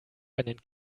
einen